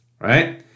right